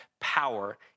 power